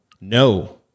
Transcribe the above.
No